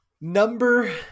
Number